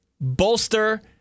bolster